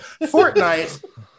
Fortnite